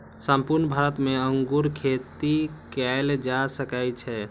संपूर्ण भारत मे अंगूर खेती कैल जा सकै छै